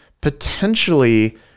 potentially